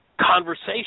conversation